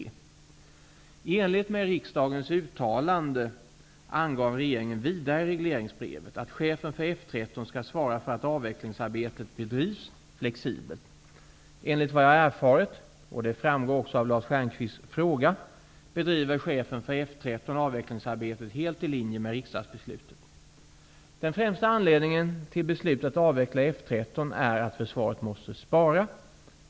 1991/92:FöU12, s. 106) angav regeringen vidare i regleringsbrevet att chefen för F 13 skall svara för att avvecklingsarbetet bedrivs flexibelt. Enligt vad jag har erfarit, och det framgår också av Lars Den främsta anledningen till beslutet att avveckla F 13 är att försvaret måste spara.